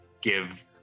give